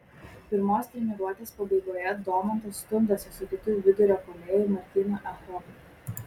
pirmos treniruotės pabaigoje domantas stumdėsi su kitu vidurio puolėju martynu echodu